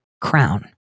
Crown